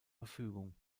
verfügung